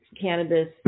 cannabis